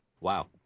Wow